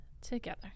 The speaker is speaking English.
together